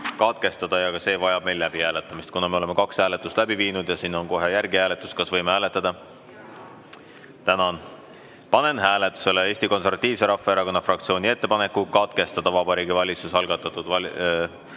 katkestada ja ka see vajab meil läbihääletamist. Kuna me oleme kaks hääletust läbi viinud ja siin on kohe järgi hääletus, kas võime hääletada? Tänan! Panen hääletusele Eesti Konservatiivse Rahvaerakonna fraktsiooni ettepaneku katkestada Vabariigi Valitsuse algatatud